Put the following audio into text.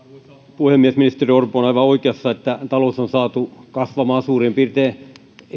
puhemies ministeri orpo on aivan oikeassa että talous on saatu kasvamaan suurin piirtein